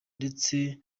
ndetse